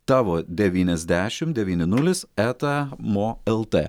tavo devyniasdešim devyni nulis eta mo lt